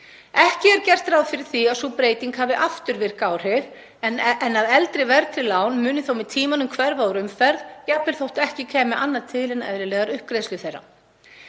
Ekki er gert ráð fyrir því að sú breyting hafi afturvirk áhrif, en að eldri verðtryggð lán muni þó með tímanum hverfa úr umferð, jafnvel þótt ekki kæmi annað til en eðlilegar uppgreiðslur þeirra.